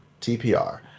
TPR